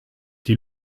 die